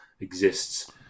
exists